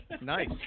Nice